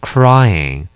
Crying